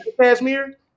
Cashmere